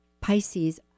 Pisces